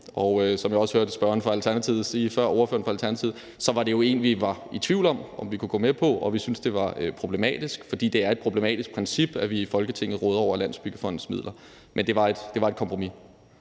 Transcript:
Og som jeg også hørte ordføreren for Alternativet sige før, var det noget, som vi var i tvivl om om vi kunne gå med på, for vi syntes, at det var problematisk. Det er et problematisk princip, at vi i Folketinget råder over Landsbyggefondens midler. Men det var et kompromis.